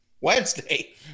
Wednesday